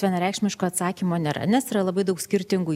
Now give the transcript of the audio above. vienareikšmiško atsakymo nėra nes yra labai daug skirtingų